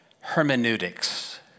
hermeneutics